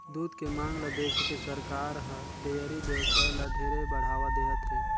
दूद के मांग ल देखके सरकार हर डेयरी बेवसाय ल ढेरे बढ़ावा देहत हे